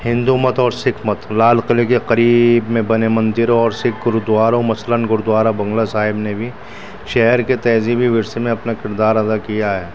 ہندو مت اور سکھ مت لال قلعے کے قریب میں بنے مندروں اور سکھ گرودواروں مثلاً گرودوارا بنگلہ صاحب نے بھی شہر کے تہذیبی ورثے میں اپنا کردار ادا کیا ہے